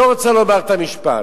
לא רוצה לומר את המשפט.